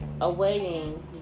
awaiting